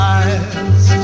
eyes